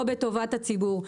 או בטובת הציבור.